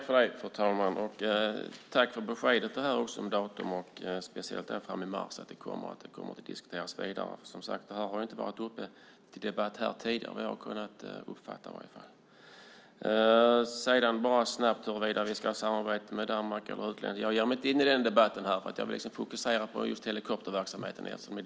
Fru talman! Jag tackar för beskedet om datum, särskilt det som gällde utredningen som kommer i mars. Frågan har tidigare inte varit uppe till debatt, åtminstone inte vad jag uppfattat. Jag ger mig inte in i debatten huruvida vi ska samarbeta med Danmark eller inte. Jag vill fokusera på helikopterverksamheten.